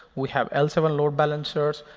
we have l seven load balancers.